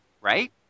Right